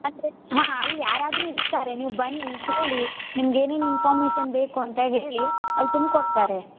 ಹಾಂ ಅಲ್ಲಿ ಯಾರಾದರೂ ಇರ್ತಾರೆ ನೀವು ಬನ್ನಿ ಕೇಳಿ ನಿಮಗೇನೇನು ಇನ್ಫಾರ್ಮೇಶನ್ ಬೇಕು ಅಂತ ಹೇಳಿ ಅಲ್ಲಿ ತುಂಬ್ಕೊಡ್ತಾರೆ